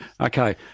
Okay